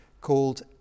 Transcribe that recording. called